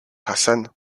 hassan